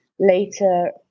Later